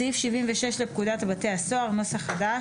בסעיף 76 לפקודת בתי הסוהר (נוסח חדש),